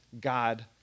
God